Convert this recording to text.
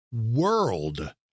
world